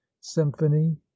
symphony